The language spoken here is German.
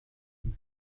ein